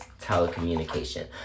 telecommunication